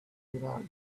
without